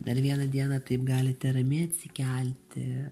dar vieną dieną taip galite ramiai atsikelti